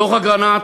דוח אגרנט,